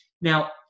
Now